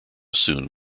soon